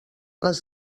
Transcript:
les